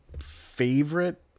Favorite